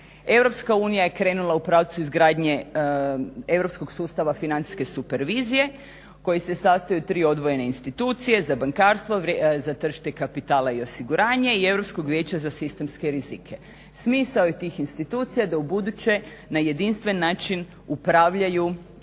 preporuka. EU je krenula u pravcu izgradnje europskog sustava financijske supervizije koji se sastoji od tri odvojene institucije, za bankarstvo, za tržište kapitala i osiguranje i Europskog vijeća za sistemske rizike. Smisao je tih institucija da u buduće na jedinstven način upravljaju